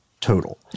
total